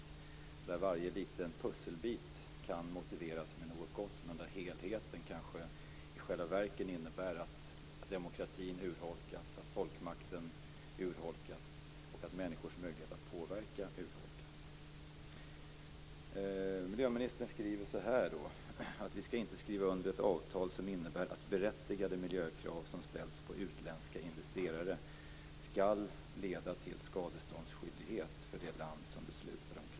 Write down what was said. Varje liten pusselbit kan motiveras med något gott, men helheten innebär i själva verket att demokratin urholkas, folkmakten urholkas och människors möjlighet att påverka urholkas. Miljöministern säger att regeringen inte avser att skriva under ett avtal som innebär att berättigade miljöskyddskrav som ställs på utländska investerare skall leda till skadeståndsskyldighet för det land som beslutat om kraven.